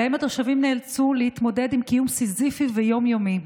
שבהם התושבים נאלצו להתמודד עם קיום סיזיפי ויום-יומי.